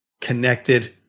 connected